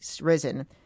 risen